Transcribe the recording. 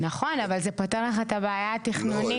נכון, אבל זה פותר לך את הבעיה התכנונית.